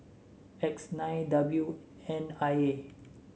X nine W N I A